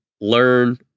learn